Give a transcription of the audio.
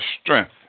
strength